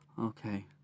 Okay